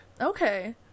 okay